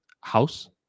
house